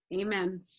Amen